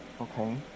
Okay